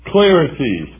Clarity